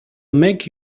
make